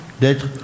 d'être